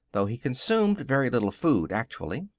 though he consumed very little food, actually.